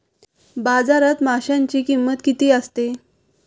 बाजारात माशांची किंमत किती असते?